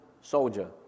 soldier